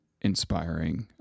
inspiring